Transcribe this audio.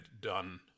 done